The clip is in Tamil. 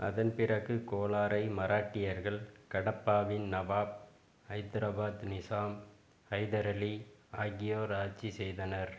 அதன்பிறகு கோலாரை மராட்டியர்கள் கடப்பாவின் நவாப் ஐதராபாத் நிசாம் ஹைதர் அலி ஆகியோர் ஆட்சி செய்தனர்